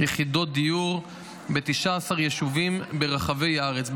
יחידות דיור ב-19 יישובים ברחבי הארץ.